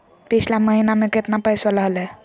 पिछला महीना मे कतना पैसवा हलय?